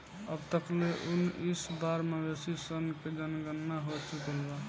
अब तक ले उनऽइस बार मवेशी सन के जनगणना हो चुकल बा